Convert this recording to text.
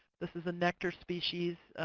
this is a nectar species.